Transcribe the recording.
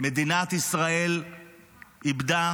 מדינת ישראל איבדה